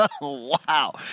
Wow